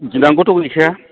गिनांगौथ' गैखाया